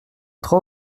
trois